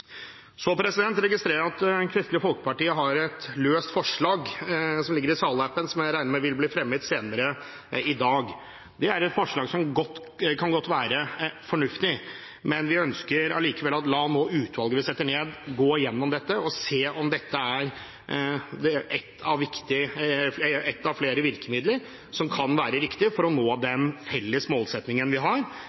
Så registrerer jeg at Kristelig Folkeparti har et løst forslag som ligger i salappen, som jeg regner med vil bli fremmet senere i dag. Det er et forslag som godt kan være fornuftig, men vi ønsker allikevel nå å la utvalget vi setter ned, gå igjennom dette og se om dette er ett av flere virkemidler som kan være riktige for å nå den felles målsettingen vi har.